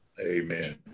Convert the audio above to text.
Amen